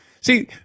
see